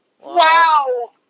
Wow